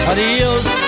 Adios